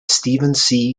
stephen